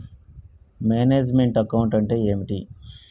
Manage meant account అంటే ఏమిటి?